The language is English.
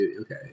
okay